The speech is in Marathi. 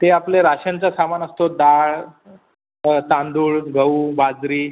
ते आपले राशनचं सामान असतो डाळ तांदूळ गहू बाजरी